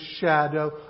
shadow